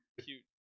cute